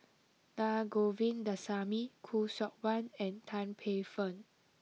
Naa Govindasamy Khoo Seok Wan and Tan Paey Fern